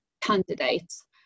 candidates